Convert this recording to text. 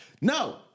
No